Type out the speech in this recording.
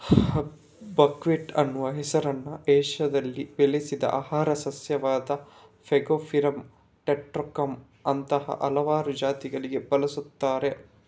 buckwheat ಅನ್ನುವ ಹೆಸರನ್ನ ಏಷ್ಯಾದಲ್ಲಿ ಬೆಳೆಸಿದ ಆಹಾರ ಸಸ್ಯವಾದ ಫಾಗೋಪಿರಮ್ ಟಾಟಾರಿಕಮ್ ಅಂತಹ ಹಲವಾರು ಜಾತಿಗಳಿಗೆ ಬಳಸ್ತಾರೆ